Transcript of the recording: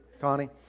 Connie